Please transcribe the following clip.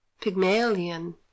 Pygmalion